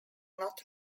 not